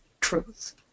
truth